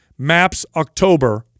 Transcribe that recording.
mapsoctober